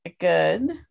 good